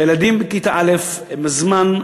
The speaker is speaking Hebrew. שהילדים בכיתה א' הם בשלים,